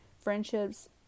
friendships